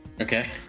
Okay